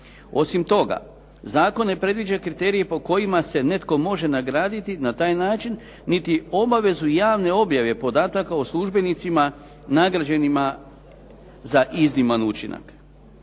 Osim toga, zakon ne predviđa kriterije po kojima se netko može nagraditi na taj način, niti obavezu javne objave podataka o službenicima nagrađenima za izniman učinak.